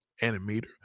animator